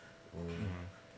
oh